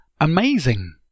amazing